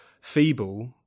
feeble